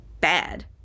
bad